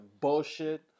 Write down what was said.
bullshit